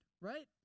right